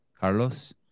Carlos